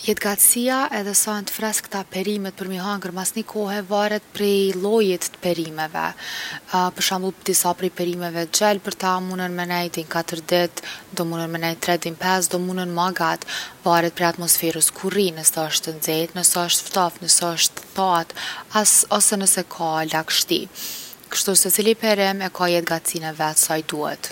Jetgatsia edhe sa jon t’freskta perimet mi hanger mas ni kohe varet prej llojit t’perimeve. për shembull disa prej perimeve t’gjelberta munen me nejt dej n’4 ditë, do munen prej 3 dej n’5, do munen ma gat’. Varet prej atmosferës ku rrijn’, nëse osht nxeht, nëse osht ftoft, nëse osht thatë. As- ose nëse ka lagshti. Kshtu secili perim e ka jetgatsinë e vet sa i duhet.